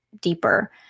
deeper